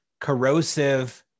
corrosive